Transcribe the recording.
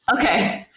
Okay